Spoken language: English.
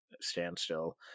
standstill